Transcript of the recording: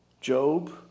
Job